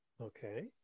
okay